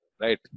Right